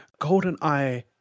GoldenEye